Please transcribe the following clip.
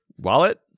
wallet